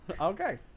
Okay